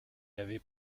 avait